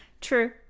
True